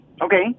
Okay